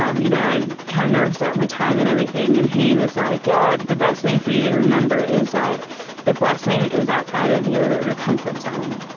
um you know i'm kind of nervous about my time and everything. and he was like, yeah, the best thing for you to remember is that the blessing is outside of your your comfort zone.